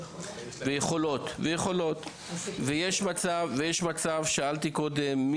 אבל יש גם מצב לכן גם שאלתי קודם,